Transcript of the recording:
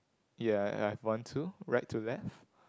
ya I had one too right to left